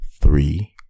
Three